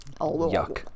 Yuck